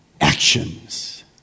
actions